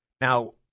Now